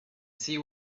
see